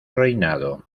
reinado